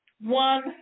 one